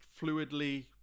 fluidly